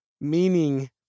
meaning